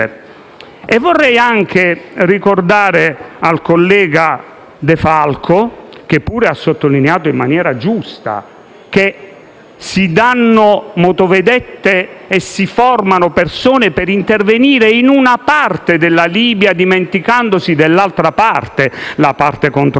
Vorrei altresì ricordare al collega De Falco, che pure ha sottolineato in maniera giusta, che si danno motovedette e si formano persone per intervenire in una parte della Libia dimenticandosi dell'altra parte: la parte controllata da Haftar,